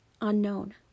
unknown